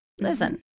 listen